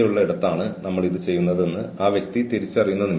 അതിനാൽ തങ്ങളെ നിരീക്ഷിക്കുന്നുണ്ടെന്ന് ആളുകൾ അറിയണം